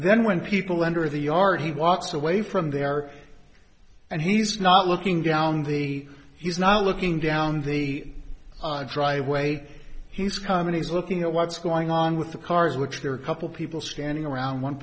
then when people under the yard he walks away from there and he's not looking down the he's not looking down the driveway he's companies looking at what's going on with the cars which there are a couple people standing around one